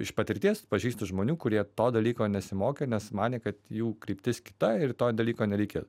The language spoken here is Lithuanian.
iš patirties pažįstu žmonių kurie to dalyko nesimokė nes manė kad jų kryptis kita ir to dalyko nereikia